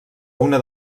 una